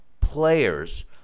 players